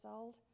old